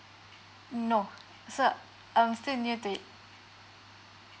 no so I'm still new to it